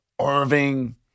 Irving